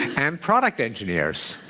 and product engineers.